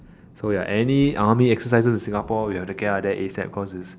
so ya any army exercises we have to get out of there ASAP cause it's